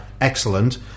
excellent